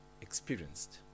experienced